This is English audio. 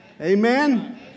Amen